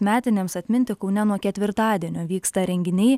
metinėms atminti kaune nuo ketvirtadienio vyksta renginiai